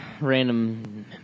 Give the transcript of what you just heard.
random